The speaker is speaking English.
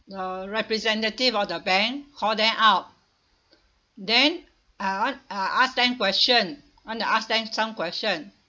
the representative of the bank call them out then I want uh ask them question want to ask them some question